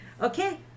Okay